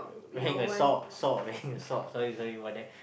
wearing a sock sock wearing a sock sorry sorry about that